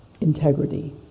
integrity